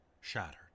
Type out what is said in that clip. shattered